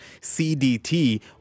CDT